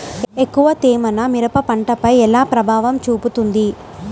ఎక్కువ తేమ నా మిరప పంటపై ఎలా ప్రభావం చూపుతుంది?